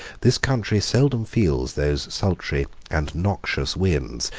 this country seldom feels those sultry and noxious winds,